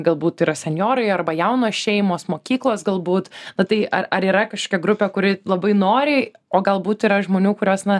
galbūt yra senjorai arba jaunos šeimos mokyklos galbūt nu tai ar ar yra kažkokia grupė kuri labai noriai o galbūt yra žmonių kuriuos na